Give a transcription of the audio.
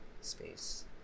space